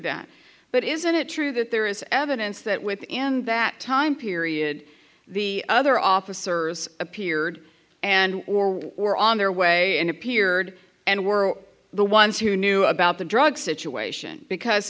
that but isn't it true that there is evidence that within that time period the other officers appeared and or were on their way and appeared and were the ones who knew about the drug situation because